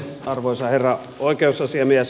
arvoisa herra oikeusasiamies